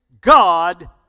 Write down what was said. God